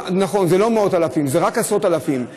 נכון, זה לא מאות אלפים, זה רק עשרות אלפים.